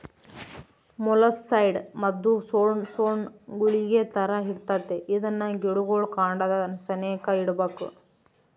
molluscicide ಮದ್ದು ಸೊಣ್ ಸೊಣ್ ಗುಳಿಗೆ ತರ ಇರ್ತತೆ ಇದ್ನ ಗಿಡುಗುಳ್ ಕಾಂಡದ ಸೆನೇಕ ಇಡ್ಬಕು